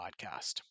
podcast